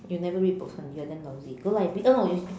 you never read books [one] you are damn lousy go library eh no